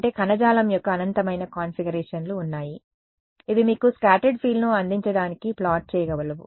అంటే కణజాలం యొక్క అనంతమైన కాన్ఫిగరేషన్లు ఉన్నాయి ఇవి మీకు స్కాటర్డ్ ఫీల్డ్ను అందించడానికి ప్లాట్ చేయగలవు